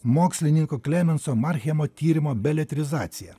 mokslininko klemenso marchemo tyrimo beletrizacija